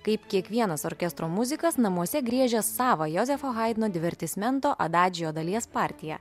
kaip kiekvienas orkestro muzikas namuose griežia savą jozefo haidno divertismento adadžio dalies partiją